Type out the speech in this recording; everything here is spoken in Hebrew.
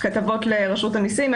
לכתבות לרשות המסים?